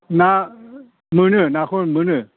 ना मोनो नाखौ मोनो